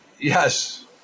Yes